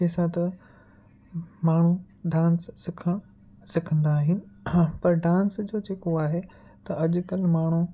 जंहिंसां त माण्हूं डांस सिखणु सिखंदा आहिनि पर डांस जो जेको आहे त अॼु कल्ह माण्हूं